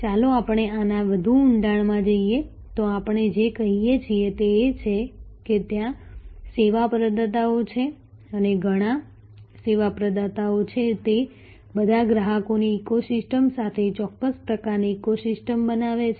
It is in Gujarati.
ચાલો આપણે આના વધુ ઊંડાણમાં જઈએ તો આપણે જે કહીએ છીએ તે એ છે કે ત્યાં સેવા પ્રદાતાઓ છે અને ઘણા સેવા પ્રદાતાઓ છે તે બધા ગ્રાહકોની ઇકોસિસ્ટમ સાથે ચોક્કસ પ્રકારની ઇકોસિસ્ટમ બનાવે છે